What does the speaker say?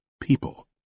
people